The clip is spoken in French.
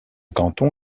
canton